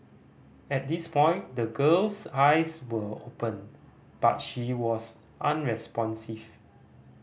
at this point the girl's eyes were open but she was unresponsive